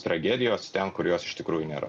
tragedijos ten kur jos iš tikrųjų nėra